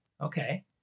Okay